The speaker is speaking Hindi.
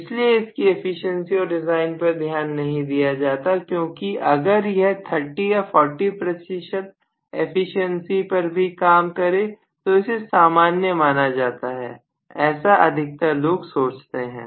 इसलिए इसकी एफिशिएंसी और डिजाइन पर ज्यादा ध्यान नहीं दिया जाता क्योंकि अगर यह 30 या 40 प्रतिशत एफिशिएंसी पर भी काम करें तो इसे सामान्य माना जाता है ऐसा अधिकतर लोग सोचते हैं